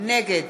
נגד